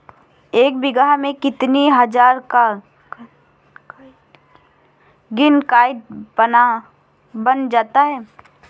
एक बीघा में कितनी हज़ार का ग्रीनकार्ड बन जाता है?